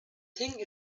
thing